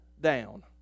down